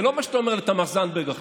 זה לא מה שאתה אומר לתמר זנדברג עכשיו.